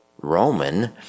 Roman